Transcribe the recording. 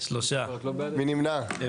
3 נמנעים,